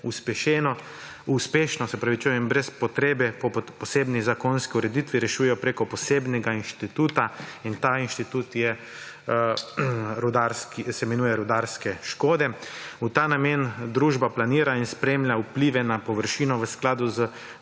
uspešno in brez potrebe po posebni zakonski ureditvi rešujejo preko posebnega inštituta, in ta inštitut se imenuje rudarske škode. V ta namen družba planira in spremlja vplive na površino v skladu z